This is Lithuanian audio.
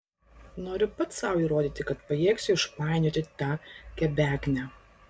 noriu pats sau įrodyti kad pajėgsiu išpainioti tą kebeknę